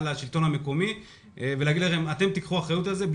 השלטון המקומי ולהגיד לו שהוא ייקח אחריות על זה.